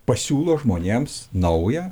pasiūlo žmonėms naują